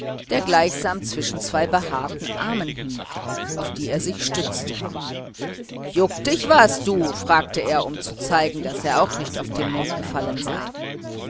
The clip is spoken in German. der gleichsam zwischen zwei behaarten armen hing auf die er sich stützte juckt dich was du fragte er um zu zeigen daß er auch nicht auf den mund gefallen sei